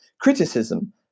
criticism